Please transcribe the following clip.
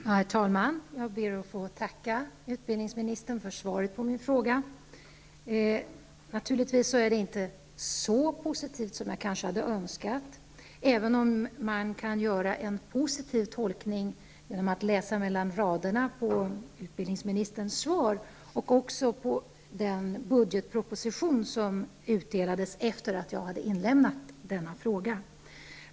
Herr talman! Jag ber att få tacka utbildningsministern för svaret på min fråga. Det är naturligtvis inte så positivt som jag kanske hade önskat, även om man kan göra en positiv tolkning genom att läsa mellan raderna i utbildningsministerns svar och också i den budgetproposition som utdelades efter att jag hade inlämnat denna fråga.